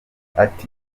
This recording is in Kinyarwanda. ati